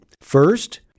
First